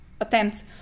attempts